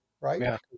Right